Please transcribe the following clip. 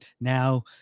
now